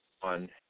one